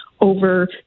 over